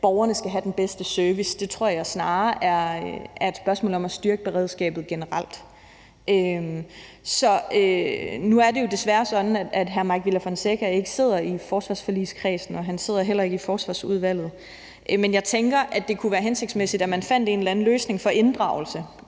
at borgerne skal have den bedste service. Det tror jeg snarere er et spørgsmål om at styrke beredskabet generelt. Nu er det er jo desværre sådan, at hr. Mike Villa Fonseca ikke sidder i forsvarsforligskredsen, og han sidder heller ikke i Forsvarsudvalget, men jeg tænker, at det kunne være hensigtsmæssigt, at man fandt en eller anden løsning for inddragelse